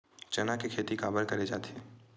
चना के खेती काबर करे जाथे?